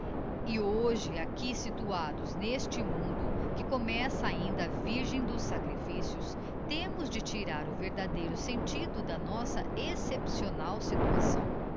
e hoje aqui situados n'este mundo que começa ainda virgem de sacrifícios temos de tirar o verdadeiro sentido da nossa excepcional situação